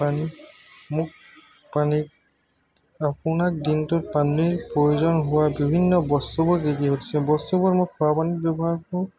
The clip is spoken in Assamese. পানী মোক পানী আপোনাক দিনটোত পানীৰ প্ৰয়োজন হোৱা বিভিন্ন বস্তুবোৰ বস্তুবোৰ মই খোৱা পানীত ব্যৱহাৰ কৰোঁ